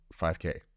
5k